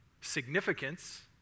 significance